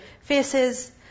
faces